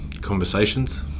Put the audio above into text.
conversations